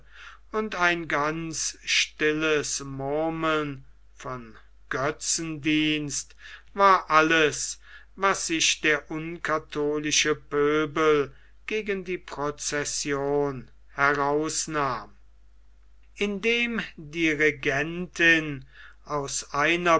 und ein ganz stilles murmeln von götzendienst war alles was sich der unkatholische pöbel gegen die procession herausnahm indem die regentin aus einer